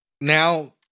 now